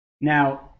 Now